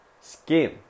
skin